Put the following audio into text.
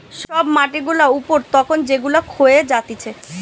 সব মাটি গুলা উপর তখন যেগুলা ক্ষয়ে যাতিছে